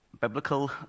biblical